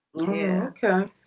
Okay